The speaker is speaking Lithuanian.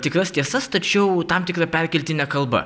tikras tiesas tačiau tam tikra perkeltine kalba